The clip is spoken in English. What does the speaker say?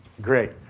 Great